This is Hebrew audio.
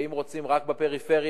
ואם רוצים רק בפריפריה,